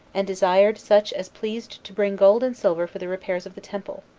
and desired such as pleased to bring gold and silver for the repairs of the temple,